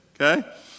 Okay